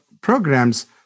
programs